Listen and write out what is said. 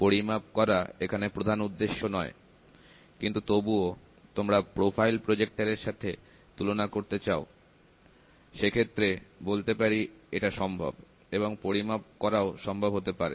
পরিমাপ করা এখানে প্রধান উদ্দেশ্য নয় কিন্তু তবুও তোমরা প্রোফাইল প্রজেক্টরের সাথে তুলনা করতে চাও সেক্ষেত্রে বলতে পারি এটা সম্ভব এবং পরিমাপ করা ও সম্ভব হতে পারে